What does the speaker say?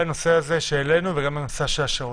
הנושא הזה שהעלינו ולגבי הנושא של השירות?